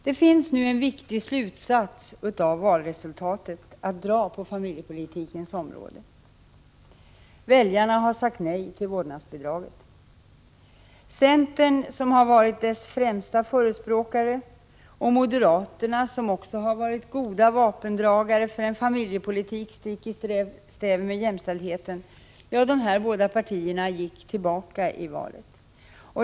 Det finns nu en viktig slutsats att dra av valresultatet på familjepolitikens område. Väljarna har sagt nej till vårdnadsbidraget. Centern, som varit dess främsta förespråkare, och moderaterna, som också varit goda vapendragare för en familjepolitik stick i stäv med jämställdheten — dessa båda partier gick tillbaka i valet.